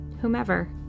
whomever